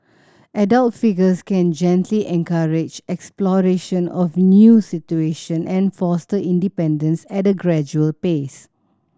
adult figures can gently encourage exploration of new situation and foster independence at a gradual pace